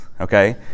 okay